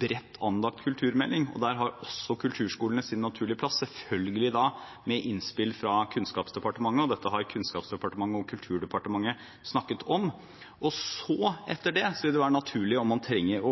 bredt anlagt kulturmelding, og der har også kulturskolene sin naturlige plass, selvfølgelig da med innspill fra Kunnskapsdepartementet. Dette har Kunnskapsdepartementet og Kulturdepartementet snakket om. Og så, etter det, vil det være naturlig å